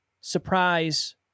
surprise